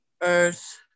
Earth